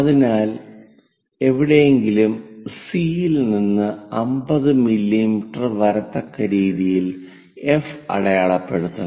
അതിനാൽ എവിടെയെങ്കിലും സിയിൽ നിന്ന് 50 മില്ലിമീറ്റർ വരത്തക്ക രീതിയിൽ എഫ് അടയാളപ്പെടുത്തണം